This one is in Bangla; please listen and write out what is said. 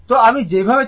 তো আমি যেভাবে চাই